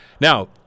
now